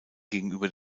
gegenüber